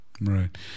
Right